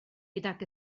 gydag